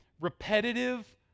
repetitive